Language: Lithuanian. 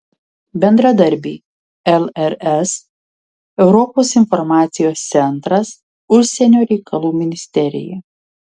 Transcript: bendradarbiai lrs europos informacijos centras užsienio reikalų ministerija